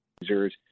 users